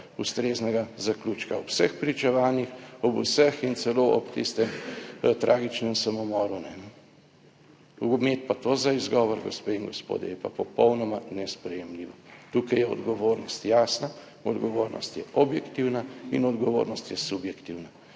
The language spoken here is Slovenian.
ustreznega zaključka ob vseh pričevanjih, ob vseh in celo ob tistem tragičnem samomoru. Imeti pa to za izgovor, gospe in gospodje, je pa popolnoma nesprejemljivo. Tukaj je odgovornost jasna. Odgovornost je objektivna in odgovornost je subjektivna